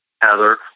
Heather